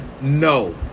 no